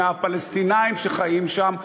מהפלסטינים שחיים שם,